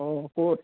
অঁ ক'ত